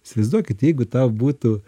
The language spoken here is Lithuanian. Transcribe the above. įsivaizduokit jeigu tau būtų